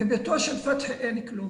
בביתו של פתחי אין כלום,